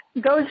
goes